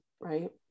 right